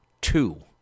two